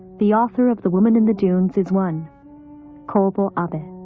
the author of the woman in the dunes is one kobo